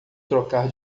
trocar